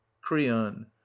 Creon